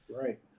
Right